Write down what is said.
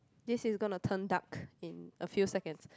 this is gonna turn dark in a few seconds